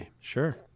Sure